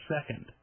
second